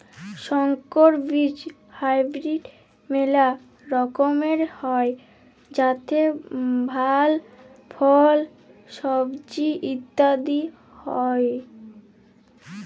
সংকর বীজ হাইব্রিড মেলা রকমের হ্যয় যাতে ভাল ফল, সবজি ইত্যাদি হ্য়য়